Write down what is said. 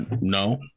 No